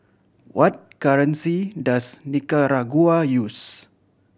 what currency does Nicaragua use